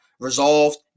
resolved